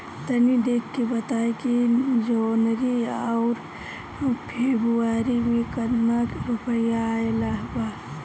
तनी देख के बताई कि जौनरी आउर फेबुयारी में कातना रुपिया आएल बा?